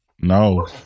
No